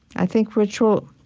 i think ritual